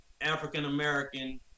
African-American